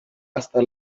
hasta